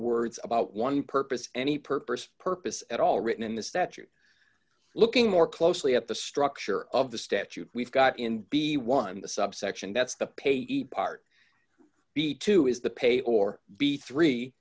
words about one purpose any purpose purpose at all written in the statute looking more closely at the structure of the statute we've got in b one the subsection that's the payee part b two is the pay or b three